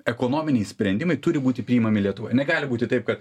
ekonominiai sprendimai turi būti priimami lietuvoje negali būti taip kad